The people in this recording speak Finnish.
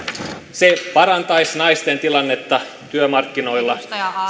se parantaisi naisten tilannetta työmarkkinoilla